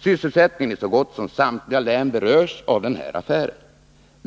Sysselsättningen i så gott som samtliga län berörs av denna affär.